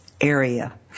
area